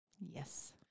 Yes